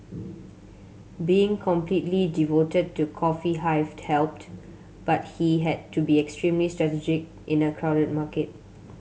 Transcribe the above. being completely devoted to Coffee Hive helped but he had to be extremely strategic in a crowded market